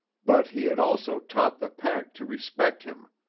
but he had also taught the pack to respect him.